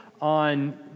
on